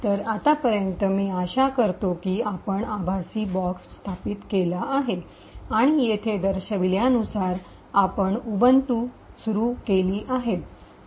तर आतापर्यंत मी आशा करतो की आपण आभासी बॉक्स स्थापित केला आहे आणि येथे दर्शविल्यानुसार आपण उबंतू चालू केली आहे